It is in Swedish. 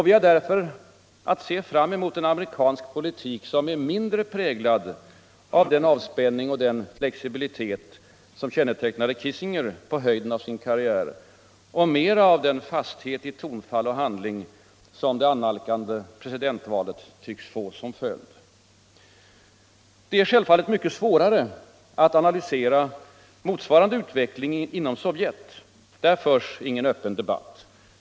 Vi har därför att se fram emot en amerikansk politik som är präglad mindre av den avspänning och den flexibilitet som kännetecknade Kissinger på höjden av hans karriär och mera av den fasthet i tonfall och handling som det annalkande presidentvalet tycks få som följd. Det är självfallet mycket svårare att analysera motsvarande utveckling inom Sovjet. Där förs ingen öppen debatt.